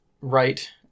right